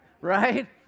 right